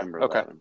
okay